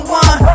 one